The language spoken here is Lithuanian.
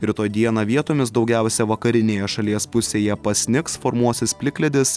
rytoj dieną vietomis daugiausia vakarinėje šalies pusėje pasnigs formuosis plikledis